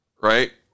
right